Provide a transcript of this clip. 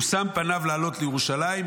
הוא שם פניו לעלות לירושלים,